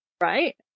right